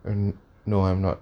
and no I'm not